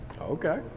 Okay